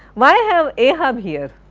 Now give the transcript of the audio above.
why have ahab here?